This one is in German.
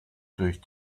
durch